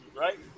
right